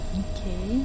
okay